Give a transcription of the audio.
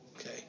Okay